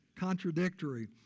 contradictory